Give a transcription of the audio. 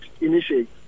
initiate